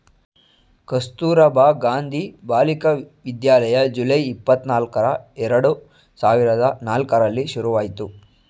Kasturba Gandhi Balika Vidyalaya July, ಇಪ್ಪತನಲ್ಕ್ರ ಎರಡು ಸಾವಿರದ ನಾಲ್ಕರಲ್ಲಿ ಶುರುವಾಯ್ತು